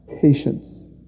patience